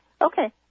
okay